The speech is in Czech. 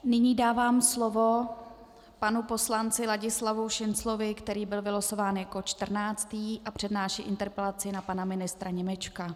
Nyní dávám slovo panu poslanci Ladislavu Šinclovi, který byl vylosován jako 14. a přednáší interpelaci na pana ministra Němečka.